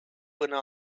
până